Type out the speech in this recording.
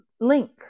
link